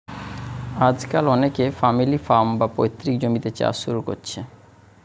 আজকাল অনেকে family farm, বা পৈতৃক জমিতে চাষ শুরু কোরছে